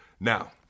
Now